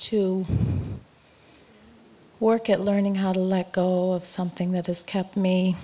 to work at learning how to let go of something that has kept me